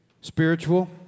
spiritual